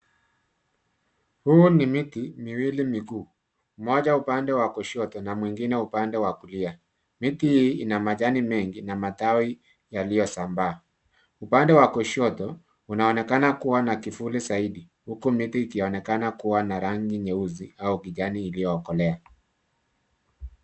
Huu ni miti miwili mikuu, mmoja upande wa kushoto na mwingine upande wa kulia. Miti hii ina majani mengi na matawi yaliyosambaa. Upande wa kushoto kunaonekana kuwa na kivuli zaidi huku miti ikionekana kuwa na rangi nyeusi au kijani iliyokolea.